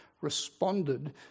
responded